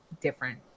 different